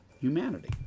humanity